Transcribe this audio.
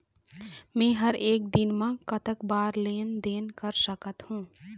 मे हर एक दिन मे कतक बार लेन देन कर सकत हों?